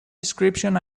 description